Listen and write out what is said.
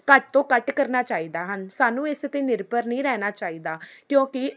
ਘੱਟ ਤੋਂ ਘੱਟ ਕਰਨਾ ਚਾਹੀਦਾ ਹਨ ਸਾਨੂੰ ਇਸ 'ਤੇ ਨਿਰਭਰ ਨਹੀਂ ਰਹਿਣਾ ਚਾਹੀਦਾ ਕਿਉਂਕਿ